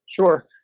Sure